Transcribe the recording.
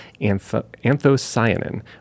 anthocyanin